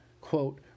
quote